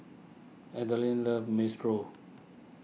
Adaline loves Minestrone